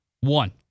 One